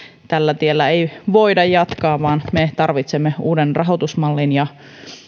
tällä tiellä ei voida jatkaa vaan me tarvitsemme uuden rahoitusmallin ja